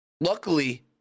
Luckily